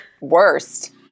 worst